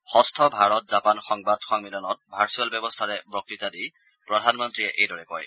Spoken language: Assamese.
ষষ্ঠ ভাৰত জাপান সংবাদ সম্মিলনত ভাৰ্চুৱেল ব্যৱস্থাৰে বক্ততা দি প্ৰধানমন্নীয়ে এইদৰে কয়